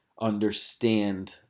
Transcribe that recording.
understand